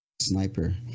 sniper